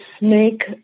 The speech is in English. make